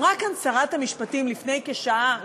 אמרה כאן שרת המשפטים לפני כשעה,